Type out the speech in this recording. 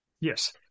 Yes